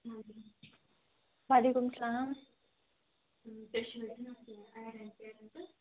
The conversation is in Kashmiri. وعلیکم سلام